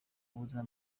ubuzima